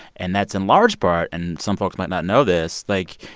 and that's in large part and some folks might not know this like,